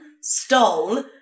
stole